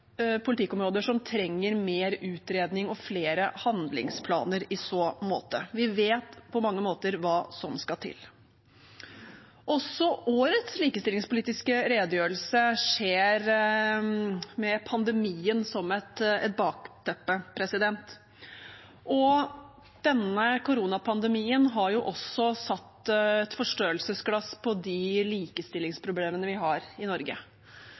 politikkområder som trenger mer utredning og flere handlingsplaner i så måte. Vi vet på mange måter hva som skal til. Også årets likestillingspolitiske redegjørelse skjer med pandemien som et bakteppe. Denne koronapandemien har jo også satt et forstørrelsesglass på de likestillingsproblemene vi har i Norge.